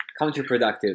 counterproductive